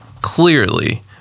clearly